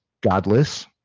godless